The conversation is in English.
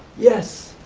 yes,